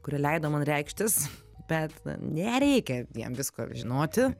kurie leido man reikštis bet nereikia jiem visko žinoti